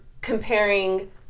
comparing